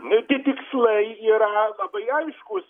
nu tie tikslai yra labai aiškūs